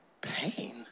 pain